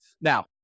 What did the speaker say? Now